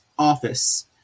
office